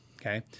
Okay